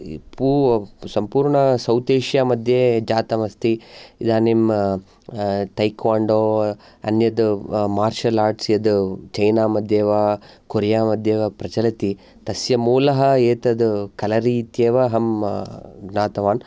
पू सम्पूर्ण सौतेष्या मध्ये जातमस्ति इदानीं तैकण्डो अन्यद् मार्शल् आर्ट्स् यद् चैना मध्ये वा कोरिया मध्ये वा प्रचलति तस्य मूलः एतद् कलरी इत्येव अहं ज्ञातवान्